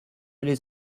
les